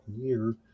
year